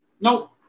Nope